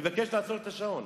אני מבקש לעצור את השעון.